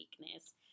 weakness